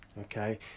okay